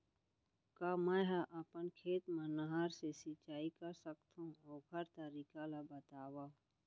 का मै ह अपन खेत मा नहर से सिंचाई कर सकथो, ओखर तरीका ला बतावव?